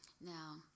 Now